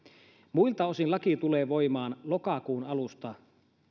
muilta osin laki tulee voimaan lokakuun alusta